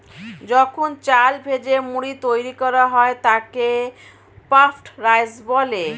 যখন চাল ভেজে মুড়ি তৈরি করা হয় তাকে পাফড রাইস বলে